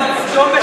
בשבת.